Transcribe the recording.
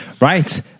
Right